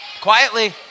Quietly